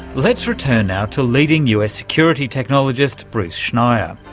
let's return now to leading us security technologist bruce schneier,